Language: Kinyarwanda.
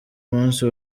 munsi